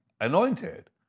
anointed